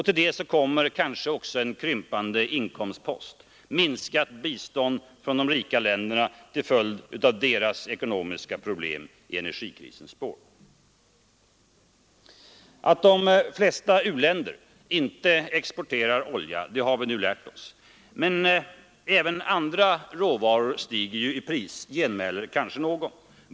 Till det kommer kanske också en krympande inkomstpost: minskat bistånd från de rika länderna till följd av deras ekonomiska problem i energikrisens spår. Att de flesta u-länder inte exporterar olja har vi nu lärt oss. Men även andra råvaror stiger ju i pris, genmäler kanske någon.